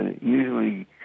usually